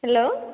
hello